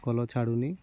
colour ଛାଡ଼ୁନି